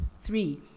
Three